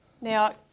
Now